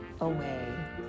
away